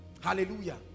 Hallelujah